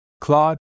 Claude